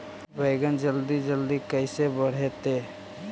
बैगन जल्दी जल्दी कैसे बढ़तै?